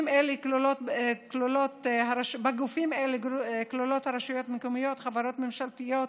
כלולים הרשויות המקומיות, חברות ממשלתיות,